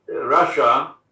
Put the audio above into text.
Russia